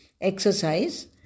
exercise